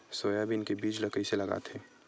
Soybean के बीज ल कइसे लगाथे?